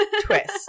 twist